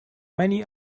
many